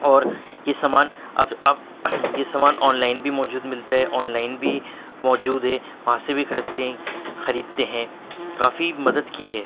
اور یہ سامان آ آ یہ سامان آن لائن بھی موجود ملتا ہے آن لائن بھی موجود ہے وہاں سے بھی خریدتے ہیں خریدتے ہیں کافی مدد کی ہے